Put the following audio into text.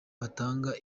batanga